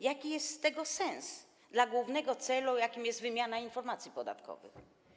Jaki jest tego sens dla głównego celu, jakim jest wymiana informacji podatkowych?